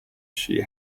she